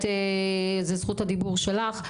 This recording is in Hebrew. זכות הדיבור שלך,